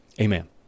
amen